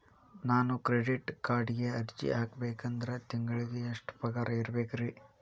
ನಾನು ಕ್ರೆಡಿಟ್ ಕಾರ್ಡ್ಗೆ ಅರ್ಜಿ ಹಾಕ್ಬೇಕಂದ್ರ ತಿಂಗಳಿಗೆ ಎಷ್ಟ ಪಗಾರ್ ಇರ್ಬೆಕ್ರಿ?